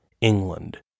England